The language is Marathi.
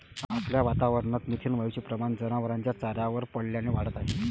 आपल्या वातावरणात मिथेन वायूचे प्रमाण जनावरांच्या चाऱ्यावर पडल्याने वाढत आहे